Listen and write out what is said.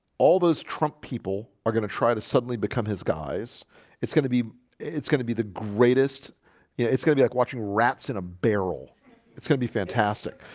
all those trump people are gonna try to suddenly become his guys it's gonna be it's gonna be the greatest yeah it's gonna be like watching rats in a barrel it's gonna be fantastic,